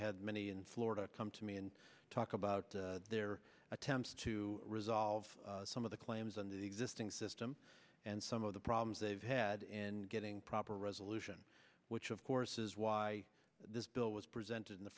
had many in florida come to me and talk about their attempts to resolve some of the claims under the existing system and some of the problems they've had and getting proper resolution which of course is why this bill was presented in the